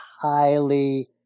highly